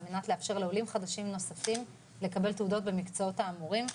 מנת לאפשר לעולים חדשים נוספים לקבל תעודות במקצועות האמורים,